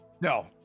No